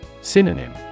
Synonym